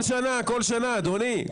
כל שנה, כל שנה, אדוני.